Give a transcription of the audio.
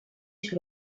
sur